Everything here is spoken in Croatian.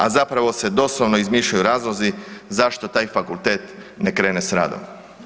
A zapravo se doslovno izmišljaju razlozi zašto taj fakultet ne krene s radom.